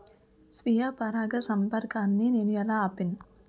స్వీయ పరాగసంపర్కాన్ని నేను ఎలా ఆపిల్?